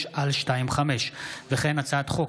החל בהצעת חוק פ/3356/25 וכלה בהצעת חוק